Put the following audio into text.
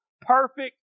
perfect